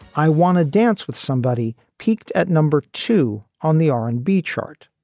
i want to dance with somebody peaked at number two on the r and b chart.